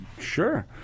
Sure